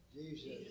Jesus